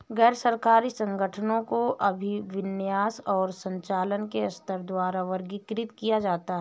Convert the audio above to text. गैर सरकारी संगठनों को अभिविन्यास और संचालन के स्तर द्वारा वर्गीकृत किया जाता है